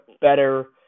better